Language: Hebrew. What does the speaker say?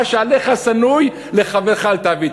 מה שעליך שנוא לחברך אל תעביד.